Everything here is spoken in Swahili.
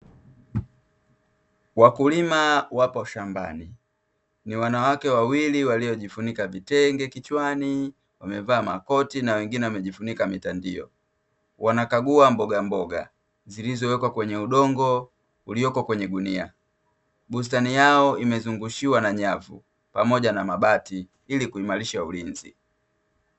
Wakulima wapo shambani, ni wanawake wawili waliojifunika vitenge kichwani, wamevaa makoti na wengine wamejifunika mitandio, wanakagua mbogamboga zilizowekwa kwenye udongo uliopo kwenye gunia. Bustani yao imezungushiwa na nyavu pamoja na mabati ili kuimarisha ulinzi.